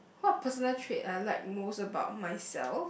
what personal trait I like most about myself